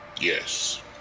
Yes